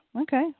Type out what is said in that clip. okay